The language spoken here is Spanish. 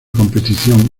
competición